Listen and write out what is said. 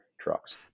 trucks